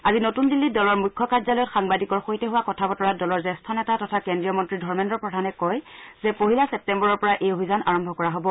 আজি নতুন দিল্লীত দলৰ মুখ্য কাৰ্যালয়ত সাংবাদিকৰ সৈতে হোৱা কথা বতৰাত দলৰ জ্যেষ্ঠ নেতা তথা কেন্দ্ৰীয় মন্ত্ৰী ধৰ্মেন্দ্ৰ প্ৰধানে কয় যে পহিলা চেপ্তেম্বৰৰ পৰা এই অভিযান আৰম্ভ কৰা হব